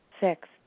Six